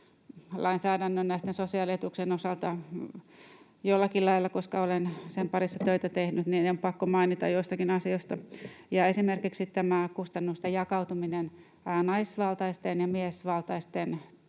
lainsäädännön näiden sosiaalietuuksien osalta jollakin lailla, koska olen sen parissa töitä tehnyt, joten on pakko mainita joistakin asioista. Esimerkiksi tässä kustannusten jakautumisessa naisvaltaisten ja miesvaltaisten